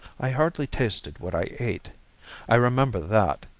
i hardly tasted what i ate i remember that.